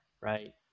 right